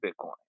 Bitcoin